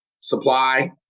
supply